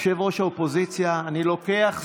ראש האופוזיציה, אני לוקח זמן,